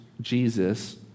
Jesus